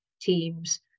teams